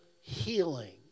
healing